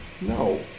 No